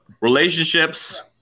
relationships